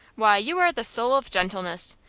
why, you are the soul of gentleness.